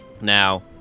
now